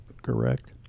correct